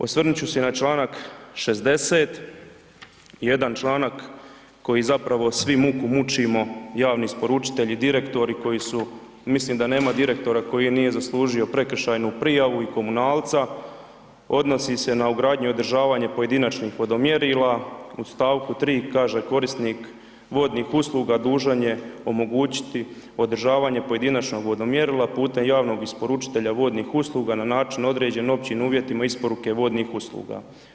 Osvrnut ću se i na čl. 60. jedan članak koji zapravo svi muku mučimo, javni isporučitelji, direktori koji su, mislim da nema direktora koji nije zaslužio prekršajnu prijavu i komunalca, odnosni se na ugradnju i održavanje pojedinačnih vodomjerila, u st. 3. kaže, korisnik vodnih usluga dužan je omogućiti održavanje pojedinačnog vodomjerila putem javnog isporučitelja vodnih usluga na način određen Općim uvjetima isporuke vodnih usluga.